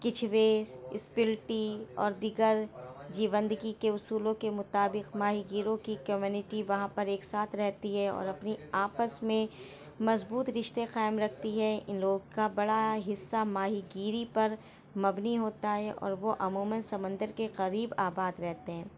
کچھویز اسپیلٹی اور دیگر جیوندگی کے اصولوں کے مطابق ماہی گیروں کی کمیونٹی وہاں پر ایک ساتھ رہتی ہے اور اپنی آپس میں مضبوط رشتے قایم رکھتی ہے ان لوگ کا بڑا حصہ ماہی گیری پر منبی ہوتا ہے اور وہ عموماً سمندر کے قریب آباد رہتے ہیں